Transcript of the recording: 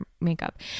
makeup